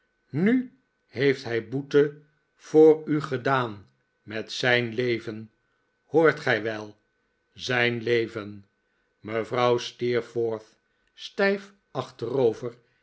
nu heeft hij boete voor u gedaan met zijn leven hoort gij wel zijn leven mevrouw steerforth stijf achterover